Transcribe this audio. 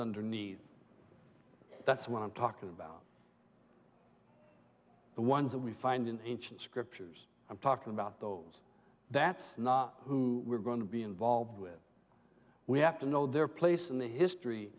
underneath that's what i'm talking about the ones that we find in ancient scriptures i'm talking about those that's not who we're going to be involved with we have to know their place in the history